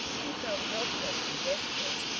he felt helpless, and desperate.